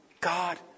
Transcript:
God